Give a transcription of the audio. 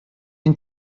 این